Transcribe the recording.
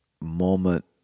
moment